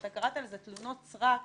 אתה קראת לזה תלונות סרק,